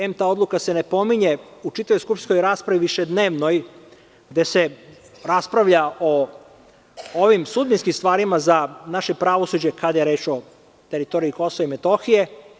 Em, ta odluka se ne pominje u čitavoj skupštinskoj raspravi višednevnoj, gde se raspravlja o ovim sudbinskim stvarima za naše pravosuđe kada je reč o teritoriji Kosova i Metohije.